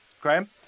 Graham